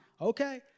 Okay